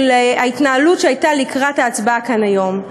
של ההתנהלות שהייתה לקראת ההצבעה כאן היום.